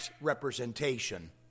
representation